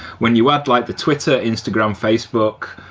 when you add like the twitter, instagram, facebook,